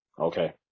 okay